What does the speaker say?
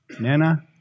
nana